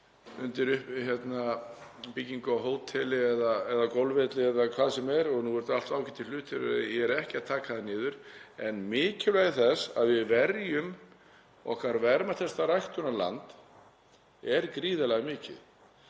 undir byggingu á hóteli eða golfvelli eða hvað sem er. Nú eru þetta allt ágætir hlutir, ég er ekki að taka þá niður. En mikilvægi þess að við verjum okkar verðmætasta ræktunarland er gríðarlega mikið.